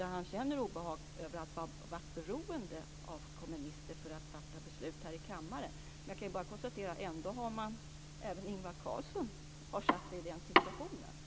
Där känner han obehag över att man har varit beroende av kommunister för att fatta beslut här i kammaren. Jag konstaterar bara att Ingvar Carlsson ändå försatte sig i den situationen.